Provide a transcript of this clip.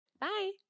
Bye